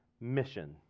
mission